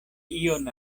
ion